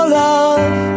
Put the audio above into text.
love